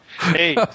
Hey